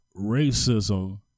racism